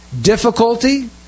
difficulty